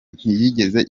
ntiyigeze